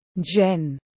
Jen